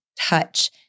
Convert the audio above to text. touch